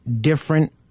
different